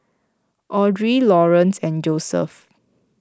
andrea Laurance and Joseph